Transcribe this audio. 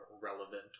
relevant